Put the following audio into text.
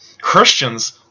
Christians